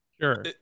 Sure